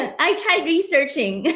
and i tried researching.